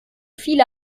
viele